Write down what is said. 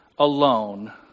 alone